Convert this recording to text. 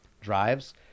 drives